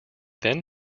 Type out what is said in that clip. then